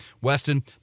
Weston